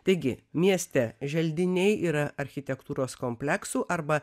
taigi mieste želdiniai yra architektūros kompleksų arba